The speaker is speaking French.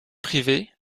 privé